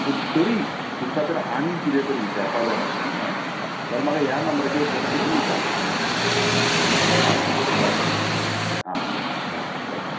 पूण तरीय तुमकां जर आनीक कितेंय विचारपाक जाय म्हाका केन्ना जाल्यार म्हाका ह्या नंबराचेर फोन करून विचारात आं बरें आं बरें बरें बरें